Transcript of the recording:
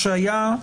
רגע,